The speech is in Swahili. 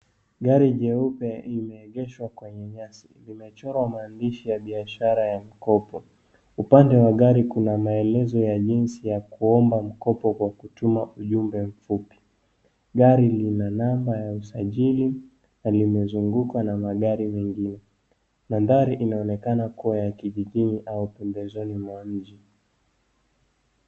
Gari jeupe limeegeshwa kwenye nyasi. Limechorwa maandshi ya biashara ya mkopo. Upande wa gari kuna maelezo ya jinsi ya kuomba mkopo kwa kutuma ujumbe mfupi. Gari lina namba ya usajiri na limezungukwa na magari mengine. Madhari inaonekana kwa ya kijijini au pembezoni mwa nchi.